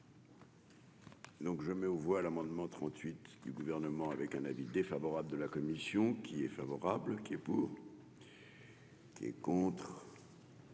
Donc je mets aux voix l'amendement trente-huit du gouvernement avec un avis défavorable de la commission qui est favorable, qui est pour. Qui est contre.